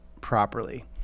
properly